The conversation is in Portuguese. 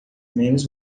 menos